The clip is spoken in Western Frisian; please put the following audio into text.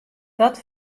dat